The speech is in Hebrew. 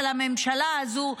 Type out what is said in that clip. של הממשלה הזו,